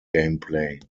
gameplay